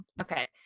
okay